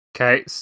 Okay